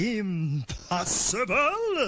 impossible